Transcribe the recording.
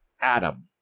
Adam